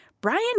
Brian